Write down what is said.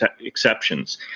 exceptions